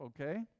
okay